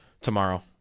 tomorrow